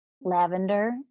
Lavender